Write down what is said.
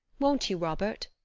won't you, robert?